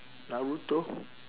naruto